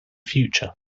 future